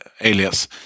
alias